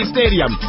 Stadium